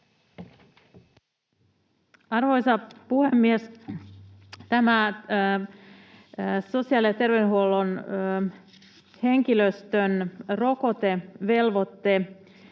Arvoisa puhemies! Tämä sosiaali‑ ja terveydenhuollon henkilöstön rokotevelvoite-esitys,